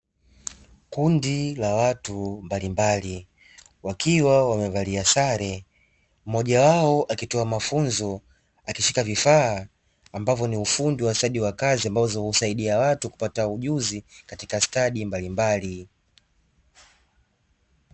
Kundi la watu mbalimbali wakiwa wamevalia sare mmoja wao akitoa mafunzo akishika vifaa ambavyo ni ufundi wa ustadi wa kazi, ambazo husaidia watu kupata ujuzi katika stadi mbalimbali.